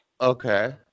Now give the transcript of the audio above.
okay